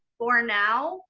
for now,